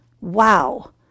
Wow